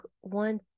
one